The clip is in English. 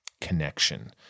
connection